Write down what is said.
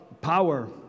power